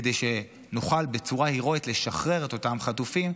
כדי שנוכל בצורה הירואית לשחרר את אותם חטופים,